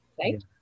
Right